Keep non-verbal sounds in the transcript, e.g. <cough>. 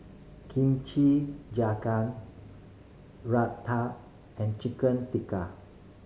Kimchi <unintelligible> and Chicken Tikka